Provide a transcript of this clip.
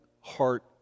heart